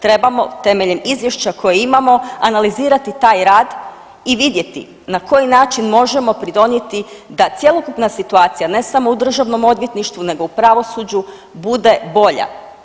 Trebamo temeljem izvješća koje imamo analizirati taj rad i vidjeti na koji način možemo pridonijeti da cjelokupna situacija ne samo u državnom odvjetništvu nego u pravosuđu bude bolje.